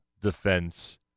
Defense